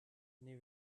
then